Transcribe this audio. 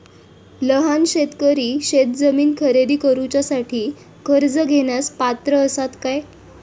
लहान शेतकरी शेतजमीन खरेदी करुच्यासाठी कर्ज घेण्यास पात्र असात काय?